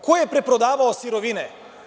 Ko je preprodavao sirovine?